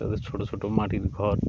তাদের ছোটো ছোটো মাটির ঘর